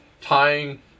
tying